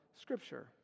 Scripture